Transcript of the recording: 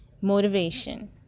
Motivation